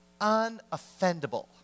unoffendable